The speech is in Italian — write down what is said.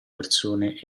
persone